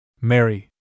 Mary